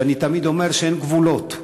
ואני תמיד אומר שאין גבולות,